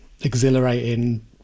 exhilarating